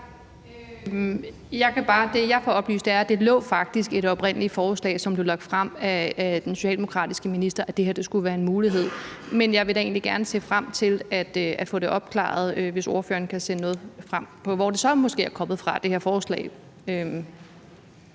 jeg har fået oplyst, er, at det faktisk lå i det oprindelige forslag, som blev lagt fremsat af den socialdemokratiske minister, at det her skulle være en mulighed. Men jeg vil da se frem til at få det opklaret, hvis ordføreren kan fremsende noget om, hvor det her forslag så er kommet fra. Kl.